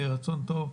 טוב.